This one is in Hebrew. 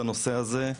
בנושא הזה,